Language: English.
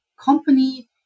company